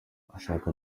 ashaka